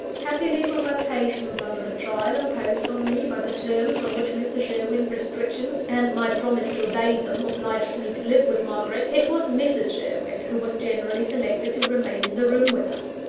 happily for my patience under the trial imposed on me by the terms on which mr. sherwin's restrictions, and my promise to obey them, obliged me to live with margaret, it was mrs. sherwin who was generally selected to remain in the room with us.